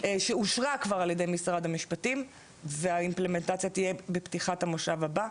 שאושרה כבר על ידי משרד המשפטים והאימפלמנטציה תהיה בפתיחת המושב הבא,